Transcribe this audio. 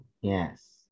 Yes